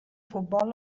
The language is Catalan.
futbol